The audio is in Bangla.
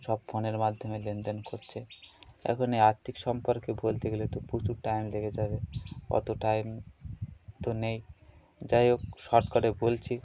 সব ফোনের মাধ্যমে লেনদেন করছে এখন এই আর্থিক সম্পর্কে বলতে গেলে তো প্রচুর টাইম লেগে যাবে অত টাইম তো নেই যাই হোক শর্টকাটে বলছি